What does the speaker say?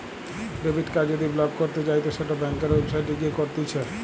debit card যদি block করতে চাইতো সেটো ব্যাংকের ওয়েবসাইটে গিয়ে করতিছে